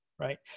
right